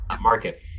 market